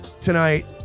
tonight